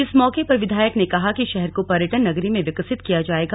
इस मौके पर विधायक ने कहा कि शहर को पर्यटन नगरी में विकसित किया जाएगा